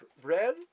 Bread